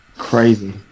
Crazy